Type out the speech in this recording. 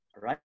right